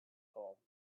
hole